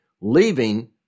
Leaving